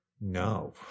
No